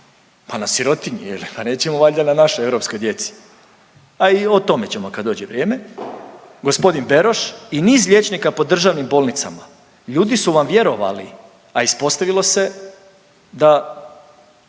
pa na sirotinji, pa nećemo valjda na našoj europskoj djeci, a i o tome ćemo kad dođe vrijeme, g. Beroš i niz liječnika po državnim bolnicama. Ljudi su vam vjerovali, a ispostavilo se da